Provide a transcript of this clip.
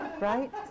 right